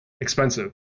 expensive